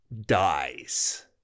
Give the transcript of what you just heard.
dies